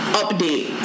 update